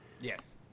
Yes